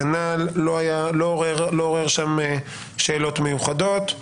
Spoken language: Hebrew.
גם הוא לא עורר שאלות מיוחדות,